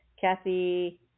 Kathy